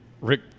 Rick